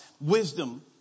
wisdom